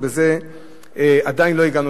בזה עדיין לא הגענו